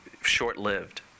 short-lived